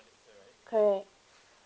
correct